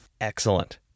Excellent